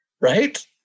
right